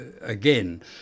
again